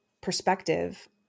perspective